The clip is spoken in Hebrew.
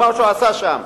מה שהוא עשה שם.